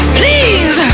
please